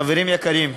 חברים יקרים,